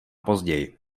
později